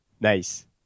Nice